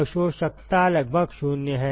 अवशोषकता लगभग0 है